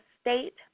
state